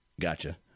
gotcha